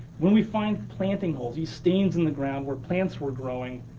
when we find planting holes, these stains in the ground where plants were growing,